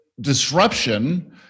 disruption